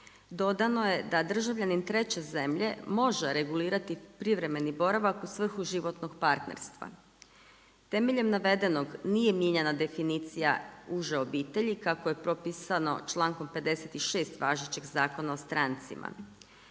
dodano je da državljanin treće zemlje može regulirati privremeni boravak u svrhu životnog partnerstva. Temeljem navedenog, nije mijenjana definicija uže obitelji kako je propisano člankom 56. važećeg Zakona o strancima.